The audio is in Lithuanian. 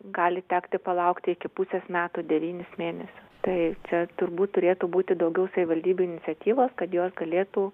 gali tekti palaukti iki pusės metų devynis mėnesius tai čia turbūt turėtų būti daugiau savivaldybių iniciatyvos kad jos galėtų